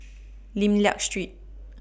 Lim Liak Street